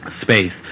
space